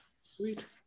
Sweet